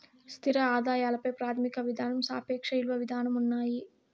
స్థిర ఆదాయాల పై ప్రాథమిక విధానం సాపేక్ష ఇలువ విధానం ఉన్నాయి